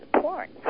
porn